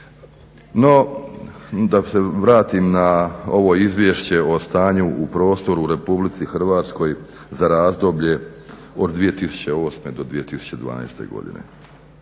da se vratim na ovo Izvješće o stanju u prostoru u RH za razdoblje od 2008. do 2012. godine.